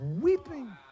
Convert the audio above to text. weeping